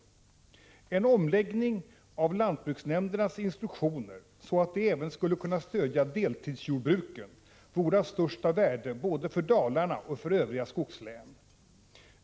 En omläggning av lantbruksnämndernas instruktioner så att de även skulle kunna stödja deltidsjordbruken vore av största värde både för Dalarna och för övriga skogslän.